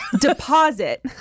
Deposit